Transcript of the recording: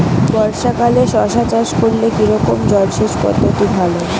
বর্ষাকালে শশা চাষ করলে কি রকম জলসেচ পদ্ধতি ভালো?